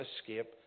escape